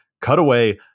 cutaway